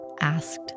asked